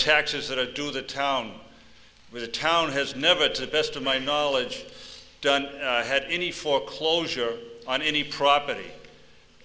taxes that are due the town with the town has never to the best of my knowledge done had any foreclosure on any property